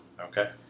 okay